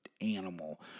animal